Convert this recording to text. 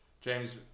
James